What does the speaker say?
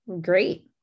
Great